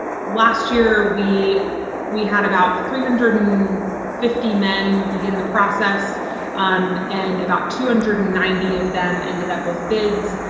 last year we we had about three hundred and fifty men begin the process um and about two hundred and ninety of them ended up with bids.